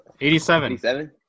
87